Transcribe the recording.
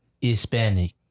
Hispanic